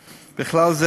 כללית,